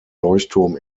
leuchtturm